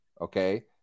Okay